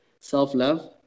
self-love